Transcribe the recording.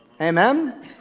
Amen